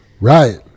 Right